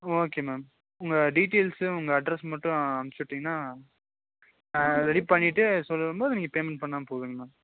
okay ma'am உங்கள் டீடியெல்ஸும் உங்கள் அட்ரஸ் மட்டும் அனுப்பிச்சி விட்டிங்கன்னா ஆ ரெடி பண்ணிவிட்டு சொல்லும் போது நீங்கள் பேமெண்ட் பண்ணால் போதும் மேம்